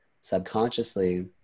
subconsciously